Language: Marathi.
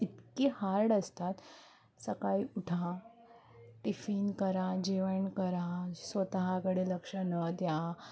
इतकी हार्ड असतात सकाळी उठा टिफिन करा जेवण करा स्वतःकडे लक्ष न द्या